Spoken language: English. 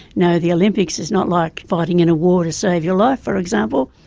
no the olympics is not like fighting in a war to save your life for example,